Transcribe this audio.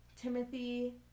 Timothy